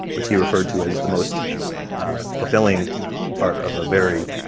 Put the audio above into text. which he referred to as the most fulfilling part of a very